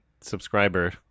subscriber